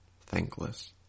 Thankless